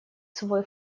свой